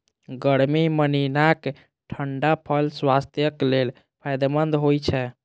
गर्मी महीनाक ठंढा फल स्वास्थ्यक लेल फायदेमंद होइ छै